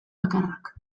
bakarrak